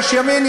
יש ימין,